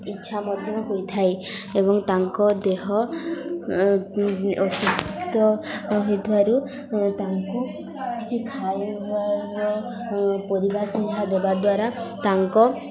ଇଚ୍ଛା ମଧ୍ୟ ହୋଇଥାଏ ଏବଂ ତାଙ୍କ ଦେହ ଅସୁସ୍ଥ ହୋଇଥିବାରୁ ତାଙ୍କୁ କିଛି ଖାଇବାର ପରିବା ସିଝା ଦେବା ଦ୍ୱାରା ତାଙ୍କ